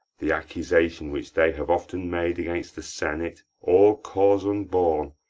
the accusation which they have often made against the senate, all cause unborn,